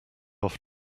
off